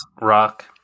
Rock